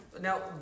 Now